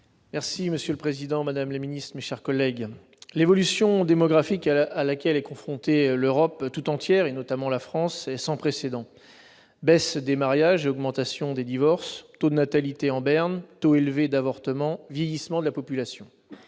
Monsieur le président, madame la ministre, mes chers collègues, l'évolution démographique à laquelle est confrontée l'Europe tout entière, notamment la France, est sans précédent : baisse des mariages, augmentation des divorces, taux de natalité en berne, taux élevé d'avortements, vieillissement de la population.